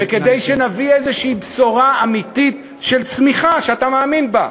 וכדי שנביא איזה בשורה אמיתית של צמיחה שאתה מאמין בה,